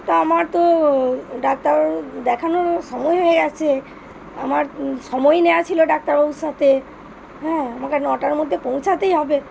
তো আমার তো ডাক্তার দেখানোর সময় হয়ে গেছে আমার সময় নেওয়া ছিল ডাক্তারবাবুর সাথে হ্যাঁ আমাকে নটার মধ্যে পৌঁছাতেই হবে